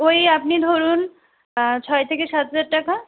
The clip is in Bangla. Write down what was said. ওই আপনি ধরুন ছয় থেকে সাত হাজার টাকা